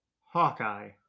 Hawkeye